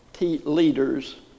leaders